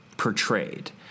portrayed